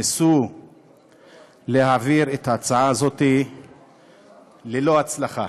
ניסו להעביר את ההצעה הזאת ללא הצלחה.